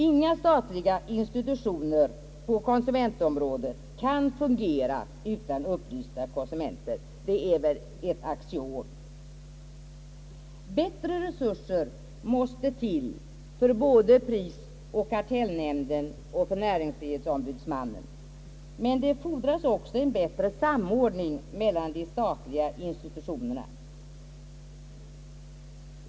Ingen statlig institution på konsumentområdet kan fungera utan upplysta konsumenter. Det är väl ett axiom. Bättre resurser måste till för prisoch kartellnämnden och NO. Men det fordras också en bättre samordning mellan de statliga institutionerna.